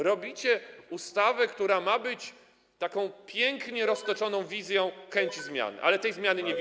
Robicie ustawę, która ma być taką pięknie roztoczoną wizją chęci zmiany, ale tej zmiany nie widzimy.